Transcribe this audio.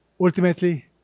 Ultimately